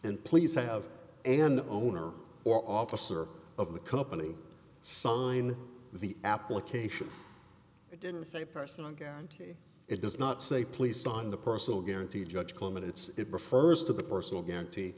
and please have an owner or officer of the company sign the application it didn't say personal guarantee it does not say please sign the personal guarantee judge clement it's it refers to the personal guarantee